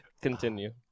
Continue